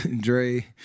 Dre